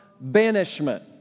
banishment